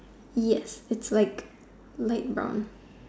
yes its like like light brown